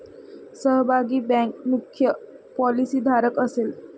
सहभागी बँक मुख्य पॉलिसीधारक असेल